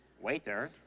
Waiter